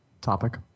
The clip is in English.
topic